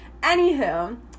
Anywho